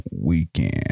weekend